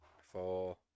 four